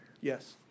Yes